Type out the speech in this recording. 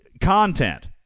content